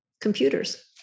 computers